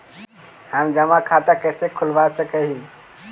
हम जमा खाता कैसे खुलवा सक ही?